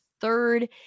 third